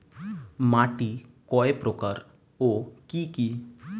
মাটি কয় প্রকার ও কি কি?